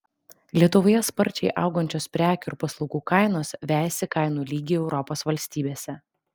lietuvoje sparčiai augančios prekių ir paslaugų kainos vejasi kainų lygį europos valstybėse